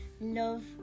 love